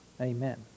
Amen